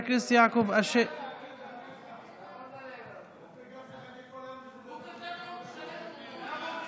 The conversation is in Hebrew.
הוא כתב נאום שלם.